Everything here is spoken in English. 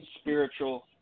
Spiritual